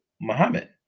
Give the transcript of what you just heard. Muhammad